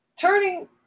turning